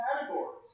categories